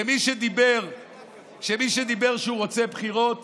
מי שאמר שהוא רוצה בחירות